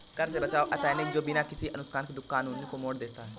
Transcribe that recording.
कर से बचाव अनैतिक है जो बिना किसी नुकसान के कानून को मोड़ देता है